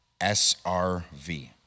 SRV